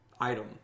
item